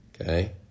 Okay